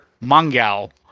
Mangal